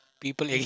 people